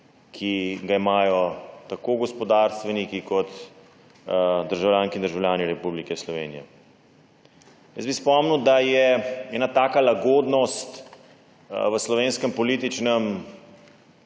ki ga imajo tako gospodarstveniki kot državljanke in državljani Republike Slovenije. Spomnil bi, da je ena taka lagodnost na slovenskem političnem